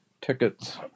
tickets